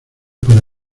para